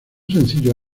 sencillo